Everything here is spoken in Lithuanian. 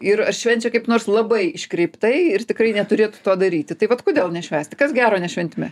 ir ar švenčia kaip nors labai iškreiptai ir tikrai neturėtų to daryti tai vat kodėl nešvęsti kas gero nešventime